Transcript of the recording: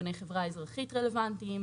ארגוני חברה אזרחית רלוונטיים,